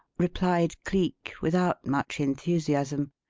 replied cleek without much enthusiasm.